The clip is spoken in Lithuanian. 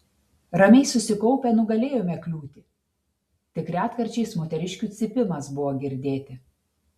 ramiai susikaupę nugalėjome kliūtį tik retkarčiais moteriškių cypimas buvo girdėti